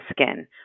skin